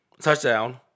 touchdown